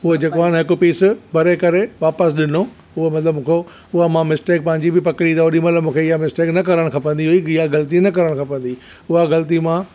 उहो जेको आन हिकु पीस भरे करे वापसि ॾिनो उहो मतिलब मूंखां उहा मां मिस्टेक पंहिंजी बि पकड़ी त ओॾी महिल मूंखे इहा मिस्टेक न करणु खपंदी हुई कि इहा ग़लती न करणु खपंदी हुई उहा ग़लती मां